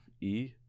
E-